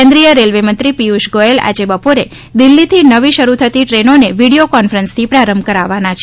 કેન્રીસાય railway મંત્રી પિયુષ ગોથેલ આજે બપોરે દિલ્હીથી નવી શરૂ થતી ટ્રેનોને વિડિયો કોન્ફરન્સથી પ્રારંભ કરાવવાના છે